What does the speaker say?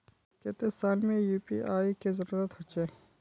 केते साल में यु.पी.आई के जरुरत होचे?